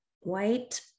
white